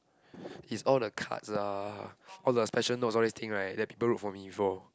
it's all the cards lah all the special notes all these things right that people wrote for me before